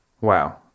Wow